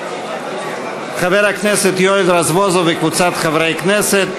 חבר הכנסת יואל רזבוזוב וקבוצת חברי כנסת.